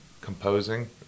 composing